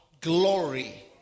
glory